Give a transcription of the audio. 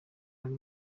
ari